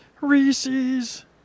Reese's